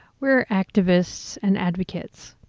we're activists and advocates.